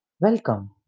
Welcome